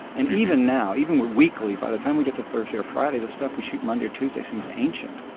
and even now, even weekly, by the time we get to thursday or friday, the stuff we shoot monday or tuesday seems ancient.